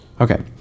Okay